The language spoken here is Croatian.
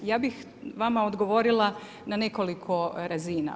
Ja bih vama odgovorila na nekoliko razina.